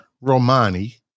Romani